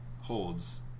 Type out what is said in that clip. holds